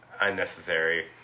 unnecessary